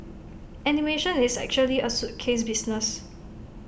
animation is actually A suitcase business